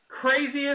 craziest